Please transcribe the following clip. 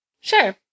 Sure